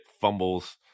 fumbles